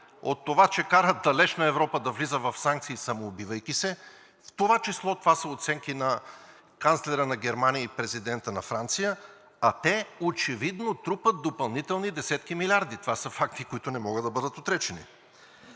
от това, че карат далечна Европа да влиза в санкции, самоубивайки се, в това число това са оценки на канцлера на Германия и президента на Франция, а те очевидно трупат допълнителни десетки милиарди. Това са факти, които не могат да бъдат отречени.